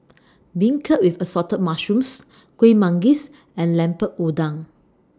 Beancurd with Assorted Mushrooms Kueh Manggis and Lemper Udang